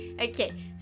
Okay